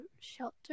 shelter